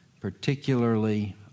particularly